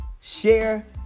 share